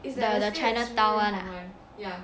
it's the the chinatown [one] ah